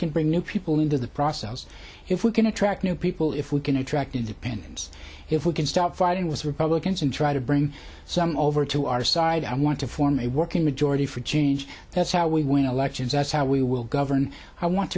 can bring new people into the process if we can attract new people if we can attract independents if we can stop fighting with republicans and try to bring some over to our side i want to form a working majority for change that's how we win elections that's how we will govern i want